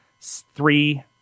three